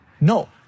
no